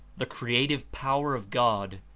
the creative power of god,